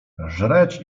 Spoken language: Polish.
żreć